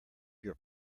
your